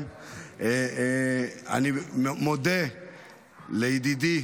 אני מודה לידידי